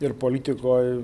ir politikoj